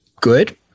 good